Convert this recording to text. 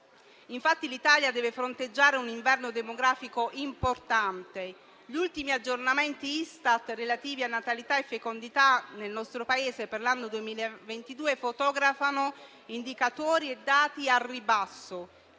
coppie. L'Italia deve fronteggiare un inverno demografico importante. Gli ultimi aggiornamenti Istat relativi a natalità e fecondità nel nostro Paese per l'anno 2022 fotografano indicatori e dati al ribasso: